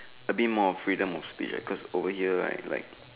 a bit more of freedom of speech cause over here right like